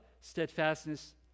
steadfastness